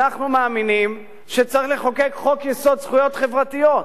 אנחנו מאמינים שצריך לחוקק חוק-יסוד: זכויות חברתיות.